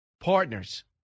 partners